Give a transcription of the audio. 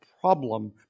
problem